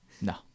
No